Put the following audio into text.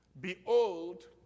Behold